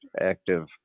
active